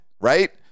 right